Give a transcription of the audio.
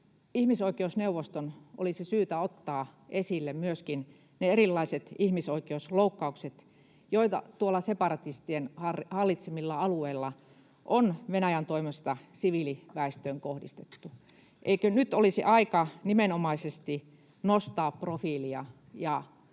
ihmisoikeusneuvoston olisi syytä ottaa esille myöskin ne erilaiset ihmisoikeusloukkaukset, joita tuolla separatistien hallitsemilla alueilla on Venäjän toimesta siviiliväestöön kohdistettu? Eikö nyt olisi aika nimenomaisesti nostaa profiilia ja